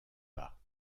pas